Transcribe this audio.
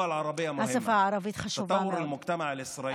השפה הערבית חשובה מאוד,